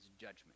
judgment